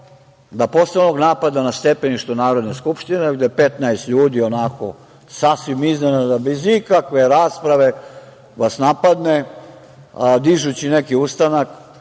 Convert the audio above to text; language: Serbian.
da posle ovog napada na stepeništu Narodne skupštine, gde je 15 ljudi sasvim iznenada, bez ikakve rasprave vas napadne dižući neki ustanak,